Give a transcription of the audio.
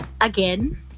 again